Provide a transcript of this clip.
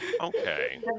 Okay